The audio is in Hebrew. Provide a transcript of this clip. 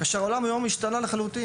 אבל העולם היום השתנה לחלוטין.